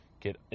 get